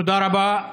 תודה רבה.